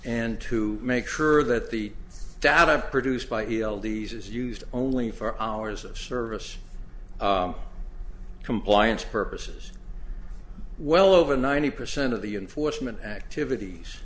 and to make sure that the data produced by e l these is used only for hours of service compliance purposes well over ninety percent of the enforcement activities